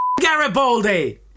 Garibaldi